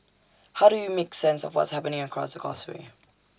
how do we make sense of what's happening across the causeway